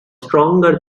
stronger